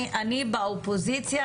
אני באופוזיציה,